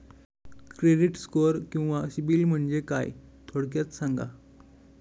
Credit score किंवा सिबिल म्हणजे काय? थोडक्यात सांगा